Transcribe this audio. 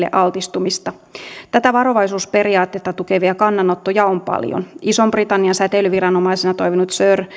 sähkömagneettisille kentille altistumista tätä varovaisuusperiaatetta tukevia kannanottoja on paljon ison britannian säteilyviranomaisena toiminut sir